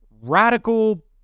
radical